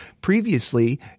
previously